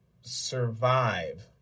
survive